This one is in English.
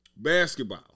Basketball